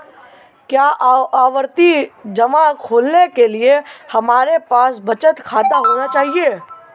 क्या आवर्ती जमा खोलने के लिए हमारे पास बचत खाता होना चाहिए?